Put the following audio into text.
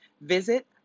visit